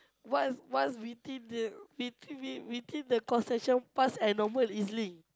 what's what's between the between between the concession pass and normal E_Z-Link